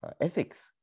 ethics